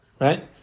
right